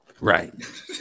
Right